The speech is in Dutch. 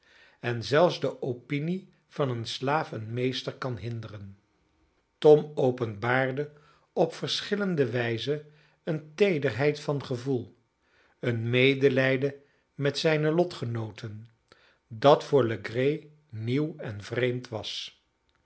en zelfs de opinie van een slaaf een meester kan hinderen tom openbaarde op verschillende wijzen een teederheid van gevoel een medelijden met zijne lotgenooten dat voor legree nieuw en vreemd was